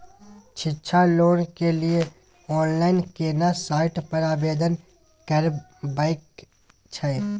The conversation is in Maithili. शिक्षा लोन के लिए ऑनलाइन केना साइट पर आवेदन करबैक छै?